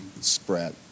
spread